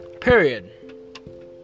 Period